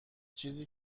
چیزی